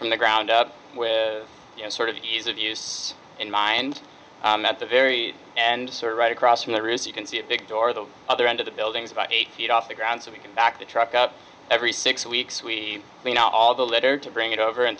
from the ground up with a sort of ease of use in mind at the very and right across from there is you can see a big door the other end of the buildings about eight feet off the ground so we can back the truck up every six weeks we mean all the litter to bring it over